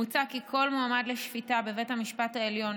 מוצע כי כל מועמד לשפיטה בבית המשפט העליון,